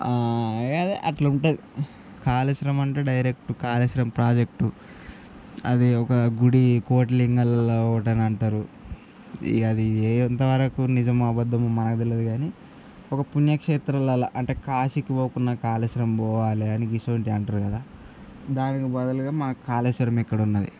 ఇక అదే ఆలా ఉంటుంది కాలేశ్వరం అంటే డైరెక్ట్ కాలేశ్వరం ప్రాజెక్టు అది ఒక గుడి కోటిలింగాలలో ఒకటి అని అంటారు ఇక అది ఎంతవరకు నిజమో అబద్దమో మనకి తెలియదు కానీ ఒక పుణ్యక్షేత్రంలా అంటే కాశీ పోకున్నా కాళేశ్వరం పోవాలి అని గిసువంటివి అంటారు కదా దానికి బదులుగా మన కాలేశ్వరం ఇక్కడ ఉన్నాది